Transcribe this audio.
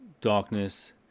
Darkness